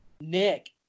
Nick